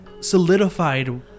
solidified